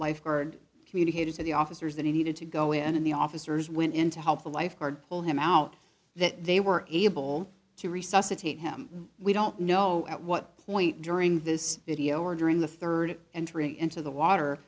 lifeguard communicated to the officers that he needed to go in in the officers went in to help the lifeguard pull him out that they were able to resuscitate him we don't know at what point during this video or during the rd entering into the